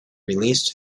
released